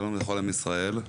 שלום לכל עם ישראל,